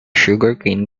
sugarcane